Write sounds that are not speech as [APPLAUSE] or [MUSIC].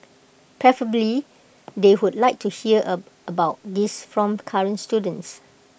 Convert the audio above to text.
preferably they would like to hear [UNINTELLIGIBLE] about these from current students